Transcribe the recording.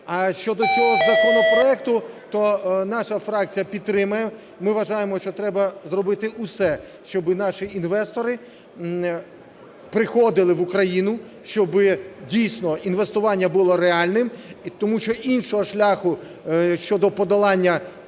А щодо цього законопроекту, то наша фракція підтримує. Ми вважаємо, що треба зробити усе, щоби наші інвестори приходили в Україну, щоби дійсно інвестування було реальним. Тому що іншого шляху щодо подолання кризи